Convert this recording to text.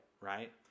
right